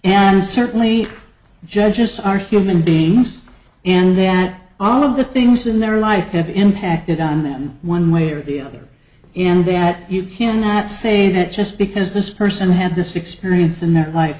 and certainly judges are human beings and that all of the things in their life have impacted on them one way or the other and that you cannot say that just because this person had this experience in their life